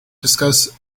discuss